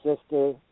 sister